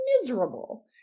miserable